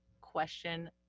question